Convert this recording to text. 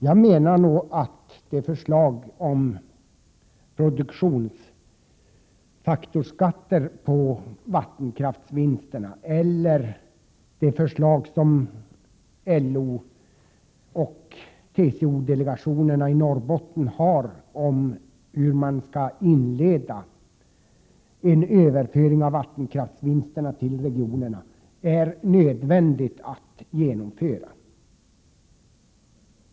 Jag menar att det är nödvändigt att genomföra förslaget om produktionsfaktorskatt på vattenkraftsvinsterna eller det förslag som LO och TCO-delegationerna i Norrbotten framfört om hur man skall inleda en överföring av vattenkraftsvinsterna till regionerna.